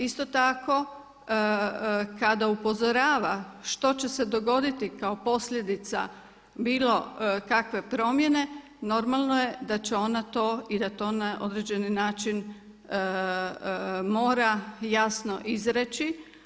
Isto tako kada upozorava što će se dogoditi kao posljedica bilo kakve promjene normalno je da će ona to i da to na određeni način mora jasno izreći.